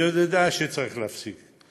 אני יודע שצריך להפסיק,